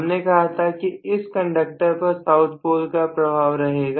हमने कहा था कि इस कंडक्टर पर साउथ पोल का प्रभाव रहेगा